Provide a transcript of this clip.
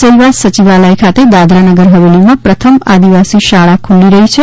સેલવાસ સચિવાલય ખાતે દાદરા નગર ફવેલીમાં પ્રથમ આદિવાસી શાળા ખુલી રહી છે